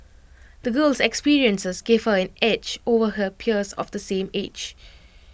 the girl's experiences gave her an edge over her peers of the same age